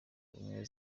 ubumwe